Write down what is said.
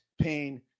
pain